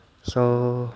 so